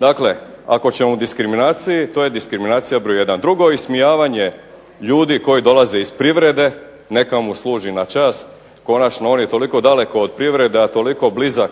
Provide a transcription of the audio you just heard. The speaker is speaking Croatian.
Dakle, ako ćemo o diskriminaciji to je diskriminacija broj 1. Drugo, ismijavanje ljudi koji dolaze iz privrede neka mu služi na čast. Konačno on je toliko daleko od privrede, a toliko blizak